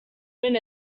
win